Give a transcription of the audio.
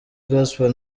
gospel